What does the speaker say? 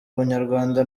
ubunyarwanda